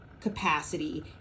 capacity